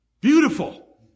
Beautiful